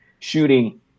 shooting